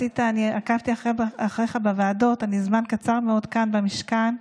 עקבתי אחריך בוועדות, אני זמן קצר מאוד כאן במשכן,